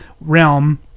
realm